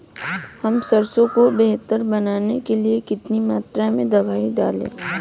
हम सरसों को बेहतर बनाने के लिए कितनी मात्रा में दवाई डालें?